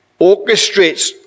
orchestrates